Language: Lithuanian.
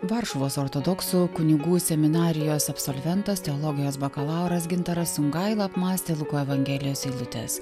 varšuvos ortodoksų kunigų seminarijos absolventas teologijos bakalauras gintaras sungaila apmąstė luko evangelijos eilutes